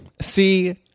See